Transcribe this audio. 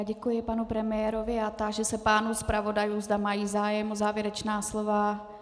Děkuji panu premiérovi a táži se pánů zpravodajů, zda mají zájem o závěrečná slova.